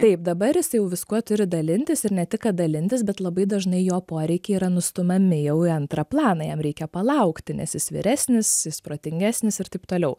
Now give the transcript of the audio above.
taip dabar jis jau viskuo turi dalintis ir ne tik kad dalintis bet labai dažnai jo poreikiai yra nustumiami jau į antrą planą jam reikia palaukti nes jis vyresnis jis protingesnis ir taip toliau